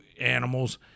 animals